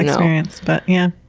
and experience, but yeah.